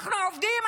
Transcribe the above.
אנחנו עובדים,